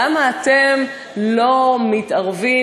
למה אתם לא מתערבים,